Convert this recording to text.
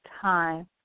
time